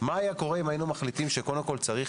מה היה קורה אם היינו מחליטים שקודם כל צריך